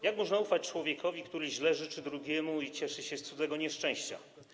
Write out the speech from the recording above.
Jak można ufać człowiekowi, który źle życzy drugiemu i cieszy się z cudzego nieszczęścia?